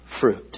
fruit